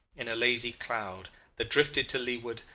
in a lazy cloud that drifted to leeward,